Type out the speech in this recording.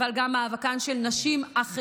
אבל גם את מאבקן של נשים אחרות.